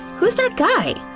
who's that guy?